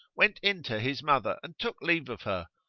went in to his mother and took leave of her,